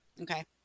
okay